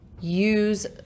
use